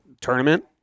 tournament